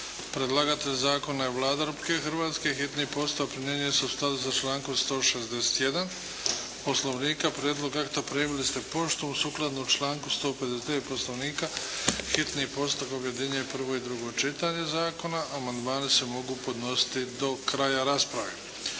Predlagatelj zakona je Vlada Republike Hrvatske. Hitni postupak primjenjuje se u skladu sa člankom 161. Poslovnika. Prijedlog akta primili ste poštom. Sukladno članku 159. Poslovnika hitni postupak objedinjuje prvo i drugo čitanje zakona. Amandmani se mogu podnositi do kraja rasprave.